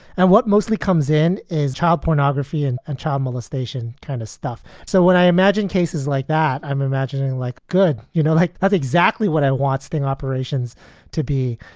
and what mostly comes in is child pornography and and child molestation kind of stuff. so when i imagine cases like that, i'm imagining like, good, you know, i like have exactly what i want sting operations to be.